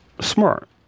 Smart